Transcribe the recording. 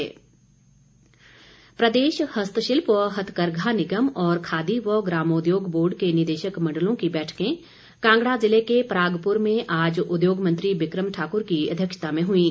बैठक प्रदेश हस्तशिल्प व हथकरघा निगम और खादी व ग्रामोद्योग बोर्ड के निदेशक मण्डलों की बैठकें कांगड़ा जिले के परागपुर में आज उद्योग मंत्री बिक्रम ठाक्र की अध्यक्षता में हईं